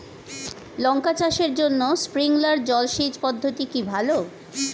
লঙ্কা চাষের জন্য স্প্রিংলার জল সেচ পদ্ধতি কি ভালো?